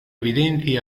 evidenti